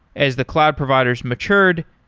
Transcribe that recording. as the cloud providers matured,